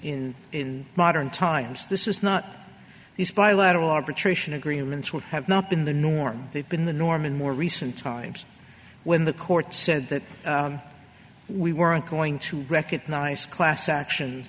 modern times this is not these bilateral arbitration agreements which have not been the norm they've been the norm in more recent times when the court said that we weren't going to recognize class action